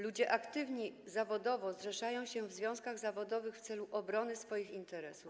Ludzie aktywni zawodowo zrzeszają się w związkach zawodowych w celu obrony swoich interesów.